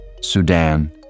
Sudan